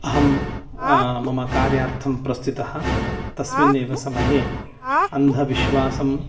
अहं मम कार्यार्थं प्रस्थितः तस्मिन्नेव समये अन्धविश्वासम्